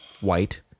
white